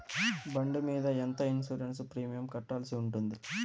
బండి మీద ఎంత ఇన్సూరెన్సు ప్రీమియం కట్టాల్సి ఉంటుంది?